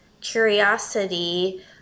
curiosity